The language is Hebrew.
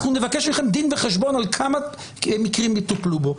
אנחנו נבקש מכם דין וחשבון על כמה מקרים יטופלו בו.